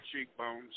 cheekbones